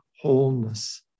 wholeness